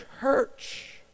church